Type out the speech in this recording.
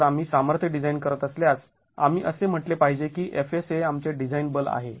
जर आम्ही सामर्थ्य डिझाइन करत असल्यास आम्ही असे म्हटले पाहिजे की Fs हे आमचे डिझाईन बल आहे